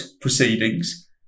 proceedings